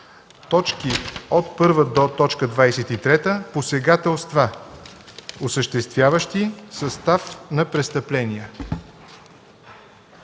1, т. 1-23 посегателства, осъществяващи състав на престъпления”.